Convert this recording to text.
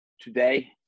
today